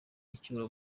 icyuho